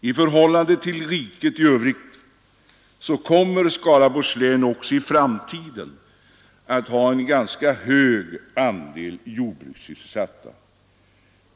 I förhållande till riket i övrigt kommer Skaraborgs län att också i framtiden ha en ganska hög andel jordbrukssysselsatta.